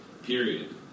Period